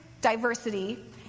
diversity